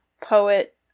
poet